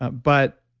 ah but